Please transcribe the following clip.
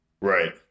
Right